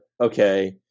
Okay